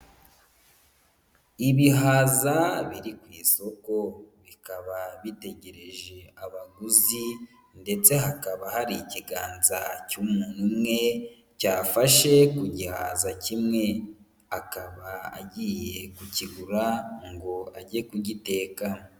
Ibihaza biri ku isoko bikaba bitegereje abaguzi ndetse hakaba hari ikiganza cy'umuntu umwe cyafashe ku gihaza kimwe, akaba agiye kukigura ngo ajye kugiteka.